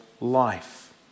life